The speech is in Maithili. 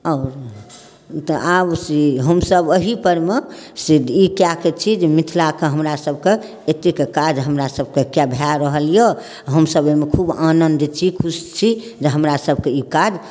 तऽ आब से हमसब एहिपर मे से ई कए कऽ छी जे मिथिलाके हमरा सबके एतेक काज हमरा सबके भए रहल यऽ हमसब एहिमे खुब आनन्द छी खुश छी जे हमरा सबके ई काज